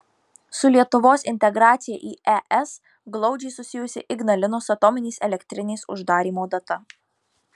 su lietuvos integracija į es glaudžiai susijusi ignalinos atominės elektrinės uždarymo data